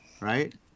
right